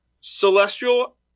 celestial